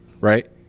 right